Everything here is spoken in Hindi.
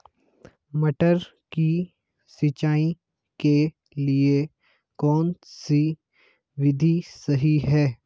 मटर की सिंचाई के लिए कौन सी विधि सही है?